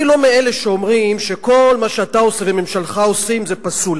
אני לא מאלה שאומרים שכל מה שאתה עושה וממשלתך עושה זה פסול.